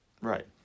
Right